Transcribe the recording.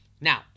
Now